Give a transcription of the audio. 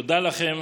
תודה לכם.